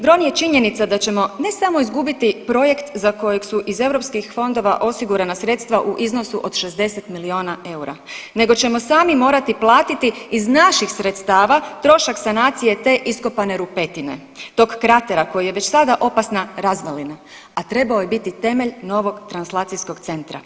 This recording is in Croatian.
Dron je činjenica da ćemo ne samo izgubiti projekt za kojeg su iz EU fondova osigurana sredstva u iznosu od 60 milijuna eura, nego ćemo sami morati platiti iz naših sredstava trošak sanacije te iskopane rupetine, tog kratera koji je već sada opasna razdolina a trebao je biti temelj novog translacijskog centra.